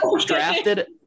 drafted